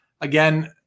again